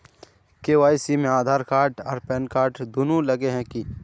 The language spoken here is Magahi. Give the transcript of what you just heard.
के.वाई.सी में आधार कार्ड आर पेनकार्ड दुनू लगे है की?